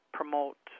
promote